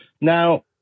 Now